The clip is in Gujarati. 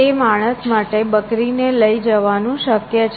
તે માણસ માટે બકરીને લઈ જવાનું શક્ય છે